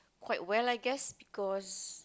quite well I guess because